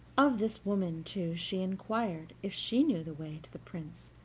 of this woman, too, she inquired if she knew the way to the prince,